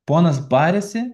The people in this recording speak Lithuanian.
ponas barėsi